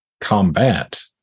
combat